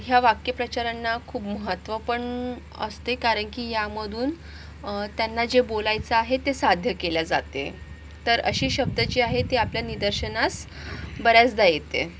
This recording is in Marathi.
ह्या वाक्यप्रचारांना खूप महत्त्व पण असते कारण की यामधून त्यांना जे बोलायचं आहे ते साध्य केले जाते तर असे शब्द जे आहेत ती आपल्या निदर्शनास बऱ्याचदा येते